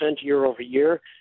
year-over-year